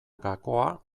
gakoa